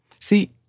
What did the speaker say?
See